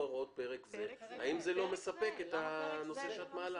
הוראות פרק זה" האם זה לא מספק את הנושא שאת מעלה?